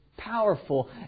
Powerful